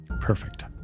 Perfect